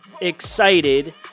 excited